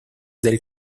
del